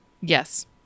yes